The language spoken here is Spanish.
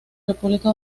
república